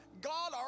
God